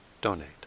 donate